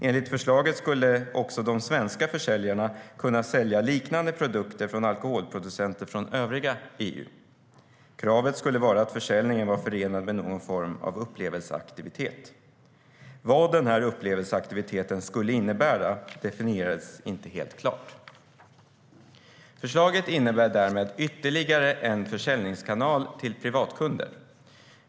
Enligt förslaget skulle också de svenska försäljarna kunna sälja liknande produkter från alkoholproducenter från övriga EU. Kravet skulle vara att försäljningen var förenad med någon form av upplevelseaktivitet. Vad den här upplevelseaktiviteten skulle innebära definierades inte helt klart. Förslaget innebär därmed ytterligare en försäljningskanal till privatkunder.